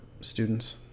students